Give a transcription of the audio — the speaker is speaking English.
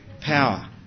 power